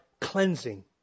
cleansing